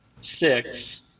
six